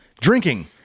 Drinking